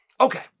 okay